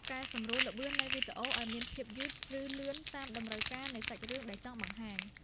កែសម្រួលល្បឿននៃវីដេអូឱ្យមានភាពយឺត ឬ លឿនតាមតម្រូវការនៃសាច់រឿងដែលចង់បង្ហាញ។